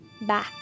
Bye